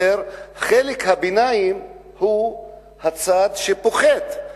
חלק הביניים הוא הצד שפוחת.